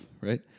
right